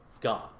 god